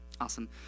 Awesome